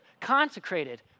consecrated